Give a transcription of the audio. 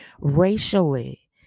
racially